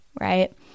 right